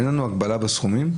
אין לנו הגבלה בסכומים?